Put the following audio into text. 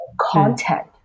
content